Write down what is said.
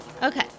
Okay